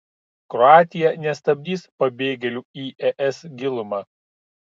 kroatija nestabdys pabėgėlių į es gilumą